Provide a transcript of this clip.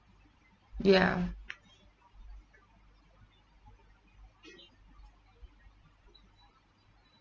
ya